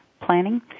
planning